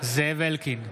זאב אלקין,